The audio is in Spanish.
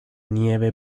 nieve